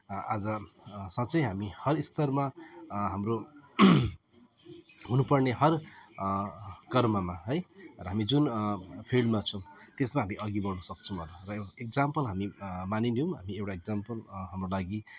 आज साँच्चै हामी हर स्तरमा हाम्रो हुनु पर्ने हर कर्ममा है र हामी जुन फिल्डमा छौँ त्यसमा हामी अघि बढ्नु सक्छौँ होला र यो इक्जाम्पल हामी मानिलिऊँ हामी एउटा इक्जाम्पल हाम्रो लागि